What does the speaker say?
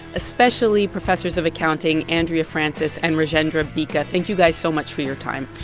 especially professors of accounting andrea francis and rajendra bhika. thank you guys so much for your time.